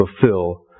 fulfill